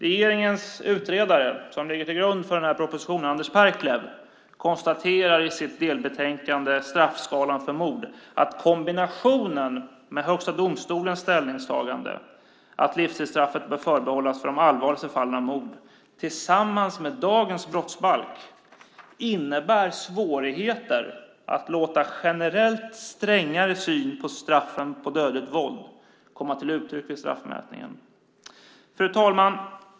Regeringens utredare Anders Perklev konstaterar i sitt delbetänkande Straffskalan för mord , som ligger till grund för den här propositionen, att kombinationen av Högsta domstolens ställningstagande att livstidsstraffet bör förbehållas de allvarligaste fallen av mord och dagens brottsbalk innebär svårigheter att låta generellt strängare syn på straffen för dödligt våld komma till uttryck vid straffmätningen. Fru talman!